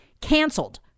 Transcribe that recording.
canceled